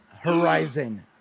Horizon